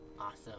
Awesome